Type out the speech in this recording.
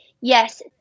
Yes